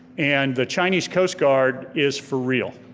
and the chinese coast guard is for real.